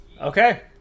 okay